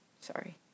Sorry